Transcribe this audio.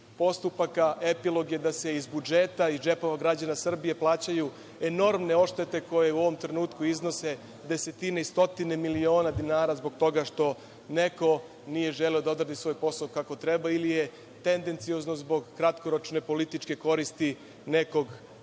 postupaka epilog je da se iz budžeta iz džepova građana Srbije plaćaju enormne odštete koje u ovom trenutku iznose desetine i stotine miliona dinara zbog toga što neko nije želeo da odradi svoj posao kako treba ili je tendenciozno zbog kratkoročne političke koristi nekog bez